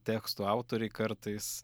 tekstų autoriai kartais